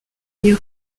new